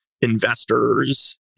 investors